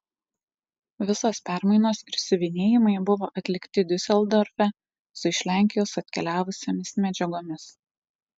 visos permainos ir siuvinėjimai buvo atlikti diuseldorfe su iš lenkijos atkeliavusiomis medžiagomis